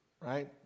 right